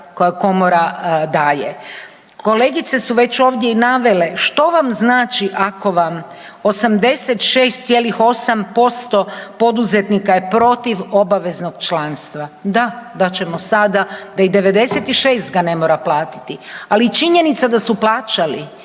koje komora daje. Kolegice su već i ovdje i navele što vam znači ako vam 86,8% poduzetnika je protiv obaveznog članstva. Da, dat ćemo sada da i 96% ga ne mora platiti, ali činjenica da su plaćali